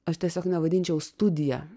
aš tiesiog nevadinčiau studija